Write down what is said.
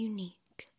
Unique